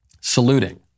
saluting